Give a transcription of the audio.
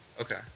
Okay